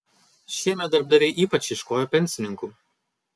šiemet darbdaviai ypač ieškojo pensininkų